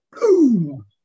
Boom